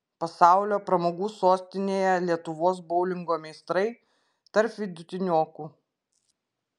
pasaulio pramogų sostinėje lietuvos boulingo meistrai tarp vidutiniokų